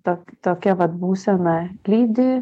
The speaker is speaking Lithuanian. ta tokia vat būsena lydi